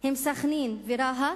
הם סח'נין ורהט?